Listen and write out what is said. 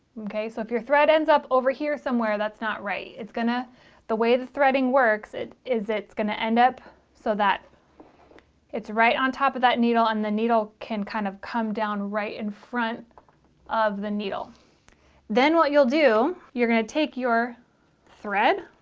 okay so if your thread ends up over here somewhere that's not right it's gonna the way the threading works it is it's gonna end up so that it's right on top of that needle and the thread can kind of come down right in front of the needle then what you'll do you're gonna take your thread